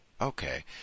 Okay